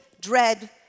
dread